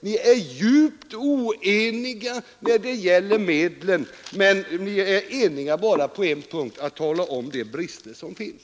Ni är djupt oeniga om medlen och eniga bara på en punkt, nämligen när det gäller att tala om vilka brister som finns.